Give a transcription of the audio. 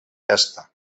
pesta